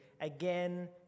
again